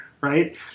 right